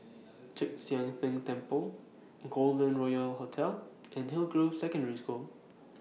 Chek Sian Tng Temple Golden Royal Hotel and Hillgrove Secondary School